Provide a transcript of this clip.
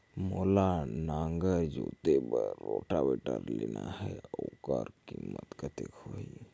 मोला नागर जोते बार रोटावेटर लेना हे ओकर कीमत कतेक होही?